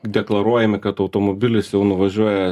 deklaruojami kad automobilis nuvažiuoja